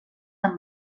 amb